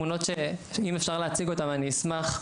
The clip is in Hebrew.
אם אפשר להציג אותן אני אשמח.